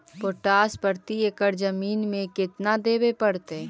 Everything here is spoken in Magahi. पोटास प्रति एकड़ जमीन में केतना देबे पड़तै?